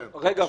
רגע,